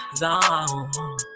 zone